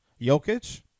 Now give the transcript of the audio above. Jokic